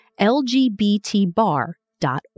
LGBTBar.org